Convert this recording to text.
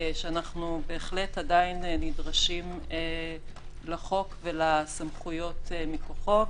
שאנחנו בהחלט עדיין נדרשים לחוק ולסמכויות מכוחו,